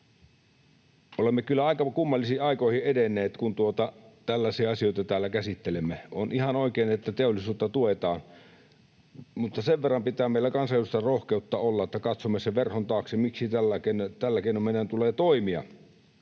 Olemme kyllä aika kummallisiin aikoihin edenneet, kun tällaisia asioita täällä käsittelemme. On ihan oikein, että teollisuutta tue-taan, mutta sen verran pitää meillä kansanedustajilla rohkeutta olla, että katsomme sen verhon taakse, miksi meidän tulee tällä